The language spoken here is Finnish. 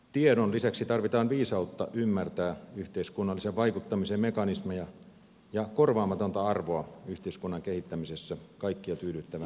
tiedon lisäksi tarvitaan viisautta ymmärtää yhteiskunnallisen vaikuttamisen mekanismeja ja korvaamatonta arvoa yhteiskunnan kehittämisessä kaikkia tyydyttävään suuntaan